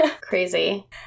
Crazy